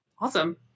Awesome